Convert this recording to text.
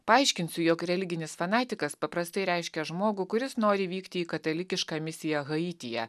paaiškinsiu jog religinis fanatikas paprastai reiškia žmogų kuris nori vykti į katalikišką misiją haityje